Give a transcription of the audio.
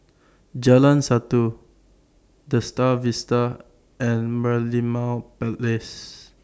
Jalan Satu The STAR Vista and Merlimau Place